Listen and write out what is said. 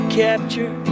capture